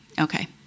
Okay